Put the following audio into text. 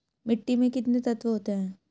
मिट्टी में कितने तत्व होते हैं?